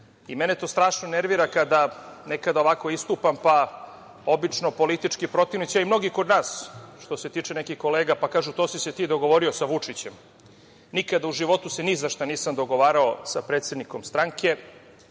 i mene to strašno nervira kada nekada ovako istupam, pa obično politički protivnici, a i mnogi kod nas, što se tiče nekih kolega, pa kažu – to si se ti dogovorio sa Vučićem. Nikada se u životu ni za šta nisam dogovarao sa predsednikom stranke,